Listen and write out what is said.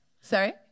Sorry